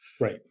right